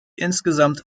insgesamt